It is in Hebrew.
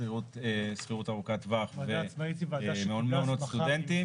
שכירות ארוכת טווח ומעונות סטודנטים.